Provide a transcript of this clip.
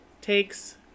takes